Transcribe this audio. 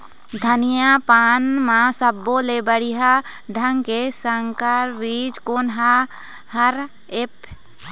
धनिया पान म सब्बो ले बढ़िया ढंग के संकर बीज कोन हर ऐप?